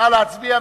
נא להצביע.